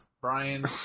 Brian